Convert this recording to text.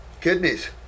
Kidneys